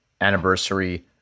anniversary